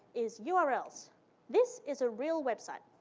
is yeah urls. this is a real website.